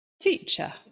Teacher